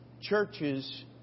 churches